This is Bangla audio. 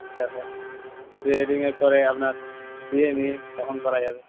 আচ্ছা স্যার প্রি ওয়েডিং এর পরে আপনার বিয়ে নিয়ে তখন করা যাবে